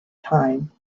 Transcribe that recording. time